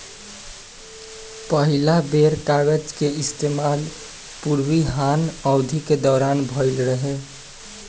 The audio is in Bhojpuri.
पहिला बेर कागज के इस्तेमाल पूर्वी हान अवधि के दौरान भईल रहे